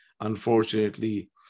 unfortunately